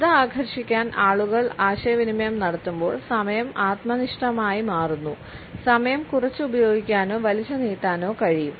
ശ്രദ്ധ ആകർഷിക്കാൻ ആളുകൾ ആശയവിനിമയം നടത്തുമ്പോൾ സമയം ആത്മനിഷ്ഠമായി മാറുന്നു സമയം കുറച്ച് ഉപയോഗിക്കാനോ വലിച്ചുനീട്ടാനോ കഴിയും